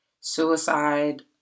Suicide